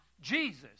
Jesus